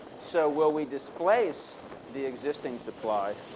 so will we displace the existing supply,